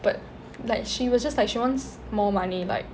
but like she was just like she wants more money like